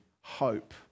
Hope